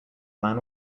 man